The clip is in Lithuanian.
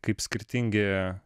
kaip skirtingi